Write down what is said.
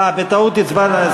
אה, בטעות הצבעת.